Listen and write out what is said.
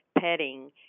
petting